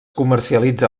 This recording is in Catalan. comercialitza